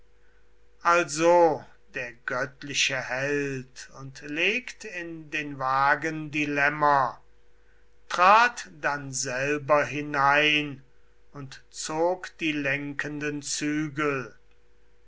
also der göttliche held und legt in den wagen die lämmer trat dann selber hinein und zog die lenkenden zügel